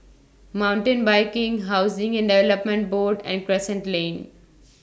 Mountain Biking Housing and Development Board and Crescent Lane